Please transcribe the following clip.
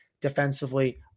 Defensively